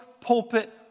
pulpit